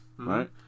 Right